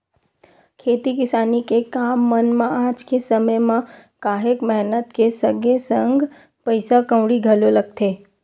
खेती किसानी के काम मन म आज के समे म काहेक मेहनत के संगे संग पइसा कउड़ी घलो लगथे